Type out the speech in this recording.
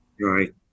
Right